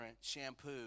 shampoo